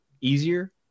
easier